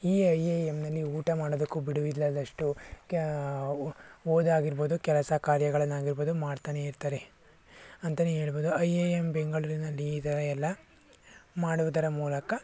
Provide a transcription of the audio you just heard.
ಈ ಐ ಐ ಎಮ್ನಲ್ಲಿ ಊಟ ಮಾಡೋದಕ್ಕೂ ಬಿಡುವಿಲ್ಲದಷ್ಟು ಕ್ಯ ಓದು ಆಗಿರ್ಬೋದು ಕೆಲಸ ಕಾರ್ಯಗಳನ್ನಾಗಿರ್ಬೋದು ಮಾಡ್ತಾನೆಯಿರ್ತಾರೆ ಅಂತಲೇ ಹೇಳ್ಬೋದು ಐ ಐ ಎಮ್ ಬೆಂಗಳೂರಿನಲ್ಲಿ ಈ ಥರ ಎಲ್ಲ ಮಾಡುವುದರ ಮೂಲಕ